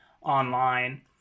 online